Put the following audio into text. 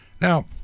Now